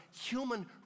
human